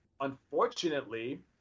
Unfortunately